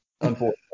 unfortunately